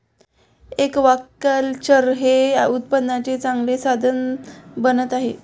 aquaculture हे उत्पन्नाचे चांगले साधन बनत आहे